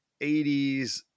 80s